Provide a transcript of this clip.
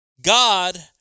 God